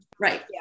Right